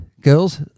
girls